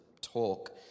talk